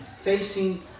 Facing